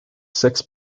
six